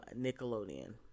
Nickelodeon